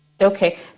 Okay